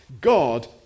God